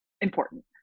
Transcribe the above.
important